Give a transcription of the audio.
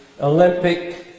Olympic